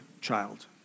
child